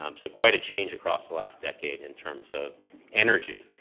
um so quite a change across the last decade in terms of energy.